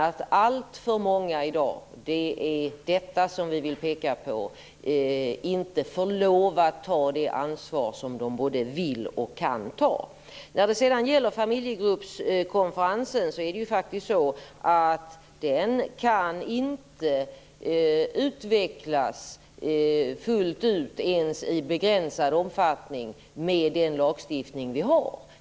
Vi vill peka på att alltför många i dag inte får lov att ta det ansvar som de både vill och kan ta. Familjegruppskonferensen kan inte utvecklas fullt ut ens i begränsad omfattning med den lagstiftning vi har.